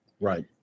Right